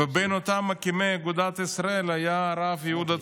ובין אותם מקימי אגודת ישראל היה הרב יהודה צירלסון.